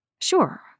Sure